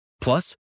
Plus